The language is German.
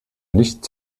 nicht